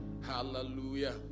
Hallelujah